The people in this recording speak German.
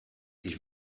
ich